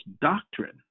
doctrine